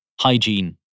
hygiene